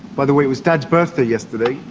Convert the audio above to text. by the way, it was dad's birthday yesterday.